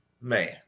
Man